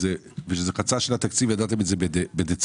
שזה חצה שנת תקציב, ידעתם את זה בדצמבר.